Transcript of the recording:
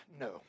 No